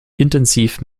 intensiv